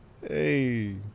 Hey